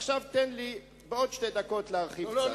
עכשיו, תן לי עוד שתי דקות להרחיב קצת.